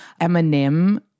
Eminem